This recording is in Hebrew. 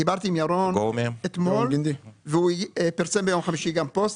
דיברתי עם ירון אתמול והוא פרסם ביום חמישי גם פוסט,